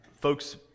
folks